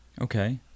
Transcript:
okay